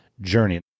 journey